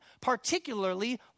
particularly